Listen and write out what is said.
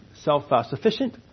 self-sufficient